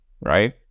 right